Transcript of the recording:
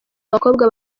abakobwa